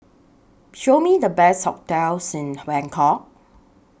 Show Me The Best hotels in Bangkok